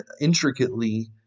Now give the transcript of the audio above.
intricately